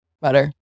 butter